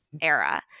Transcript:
era